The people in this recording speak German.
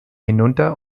hinunter